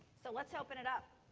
so let's open it up.